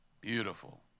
Beautiful